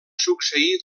succeir